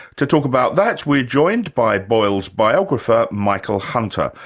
to talk about that, we're joined by boyle's biographer, michael hunter,